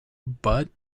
but